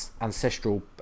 ancestral